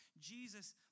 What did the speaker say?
Jesus